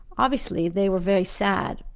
obviously, they were very sad.